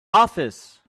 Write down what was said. office